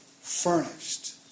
furnished